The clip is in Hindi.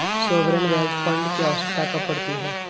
सॉवरेन वेल्थ फंड की आवश्यकता कब पड़ती है?